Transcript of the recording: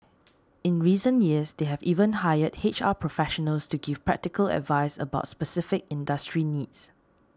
in recent years they have even hired H R professionals to give practical advice about specific industry needs